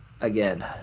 again